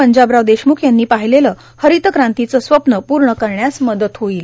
पंजाबराव देशमुख यांनी पाहिलेलं हरितक्रांतीचे स्वप्न पूर्ण करण्यास मदत होईल